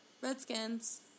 Redskins